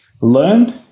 learn